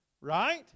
Right